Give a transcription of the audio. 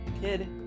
kid